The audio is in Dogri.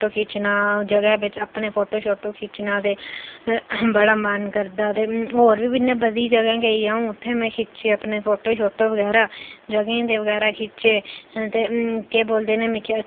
फोटो खिच्चना ते ओह् जगह बिच्च अपने फोटो शोटो खिच्चना ते बड़ा मन करदा ते होर बी इ'यां बड़ियें जगह गेई अ'ऊं उत्थें में खिच्चे अपने फोटो शोटो बगैरा जगहें दे बगैरा खिच्चे ते केह् बोलदे न मिगी